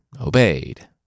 obeyed